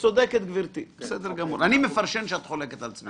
מפרשן שאת חולקת על צבי זיו.